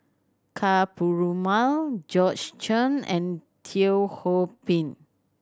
Ka Perumal Georgette Chen and Teo Ho Pin